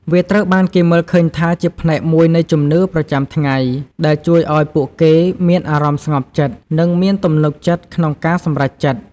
វាត្រូវបានគេមើលឃើញថាជាផ្នែកមួយនៃជំនឿប្រចាំថ្ងៃ ដែលជួយឱ្យពួកគេមានអារម្មណ៍ស្ងប់ចិត្ត និងមានទំនុកចិត្តក្នុងការសម្រេចចិត្ត។